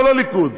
לא לליכוד.